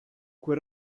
quel